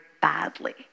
badly